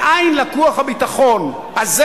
מאין לקוח הביטחון הזה,